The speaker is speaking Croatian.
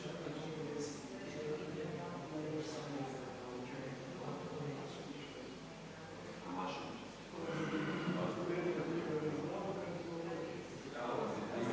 Hvala na